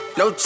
no